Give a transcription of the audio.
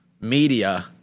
media